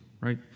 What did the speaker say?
right